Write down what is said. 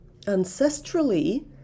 ancestrally